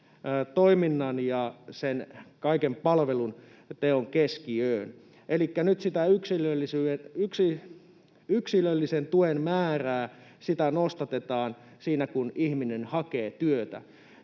toiminnan ja sen kaiken palvelun teon keskiöön. Elikkä nyt sitä yksilöllisen tuen määrää nostatetaan siinä, kun ihminen hakee työtä.